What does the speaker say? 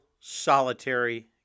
solitary